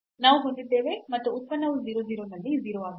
ನಾವು ಹೊಂದಿದ್ದೇವೆ ಮತ್ತು ಉತ್ಪನ್ನವು 0 0 ನಲ್ಲಿ 0 ಆಗಿದೆ